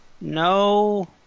No